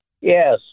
Yes